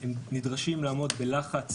הם נדרשים לעמוד בלחץ